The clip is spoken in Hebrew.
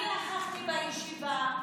אני נכחתי בישיבה.